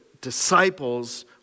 disciples